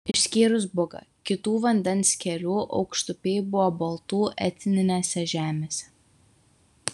išskyrus bugą kitų vandens kelių aukštupiai buvo baltų etninėse žemėse